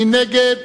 מי נגד?